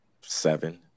seven